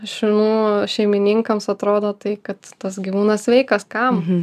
šunų šeimininkams atrodo tai kad tas gyvūnas sveikas kam